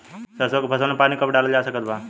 सरसों के फसल में पानी कब डालल जा सकत बा?